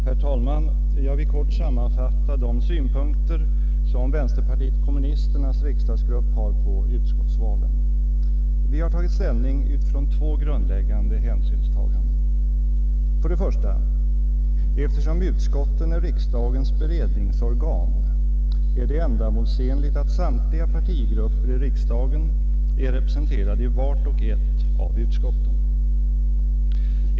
Herr talman! Jag vill kort sammanfatta de synpunkter som vänsterpartiet kommunisternas riksdagsgrupp har på utskottsvalen. Vi har tagit ställning utifrån två grundläggande hänsynstaganden. För det första: Eftersom utskotten är riksdagens beredningsorgan är det ändamålsenligt att samtliga partigrupper i riksdagen är representerade i vart och ett av utskotten.